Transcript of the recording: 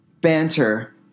banter